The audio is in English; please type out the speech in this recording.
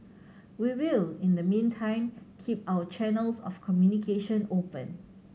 we will in the meantime keep our channels of communication open